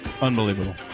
Unbelievable